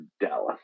Dallas